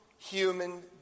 Human